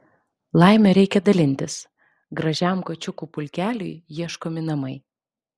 laime reikia dalintis gražiam kačiukų pulkeliui ieškomi namai